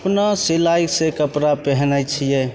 अपना सिलाइसे कपड़ा पिन्है छिए